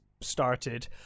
started